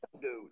dude